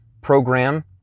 program